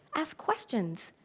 ask questions.